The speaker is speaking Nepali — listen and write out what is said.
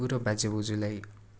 बुढो बाजे बोजूलाई